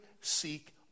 seek